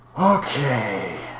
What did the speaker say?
Okay